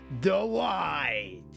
Delight